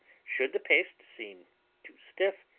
should the paste seem too stiff,